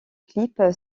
clip